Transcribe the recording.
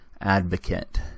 advocate